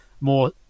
more